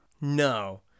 No